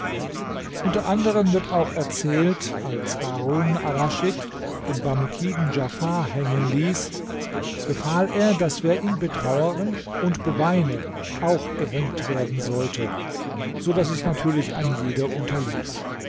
unter anderem wird auch erzählt als harun arraschid den barmekiden djafar hängen ließ befahl er daß wer ihn betrauere und beweine auch gehängt werden sollte so daß es natürlich ein jeder unterließ